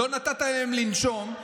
לא נתת להם לנשום,